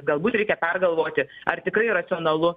galbūt reikia pergalvoti ar tikrai racionalu